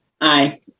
Aye